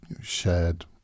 shared